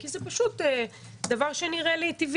כי זה פשוט דבר שנראה לי טבעי.